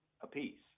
apiece